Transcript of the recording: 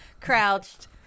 crouched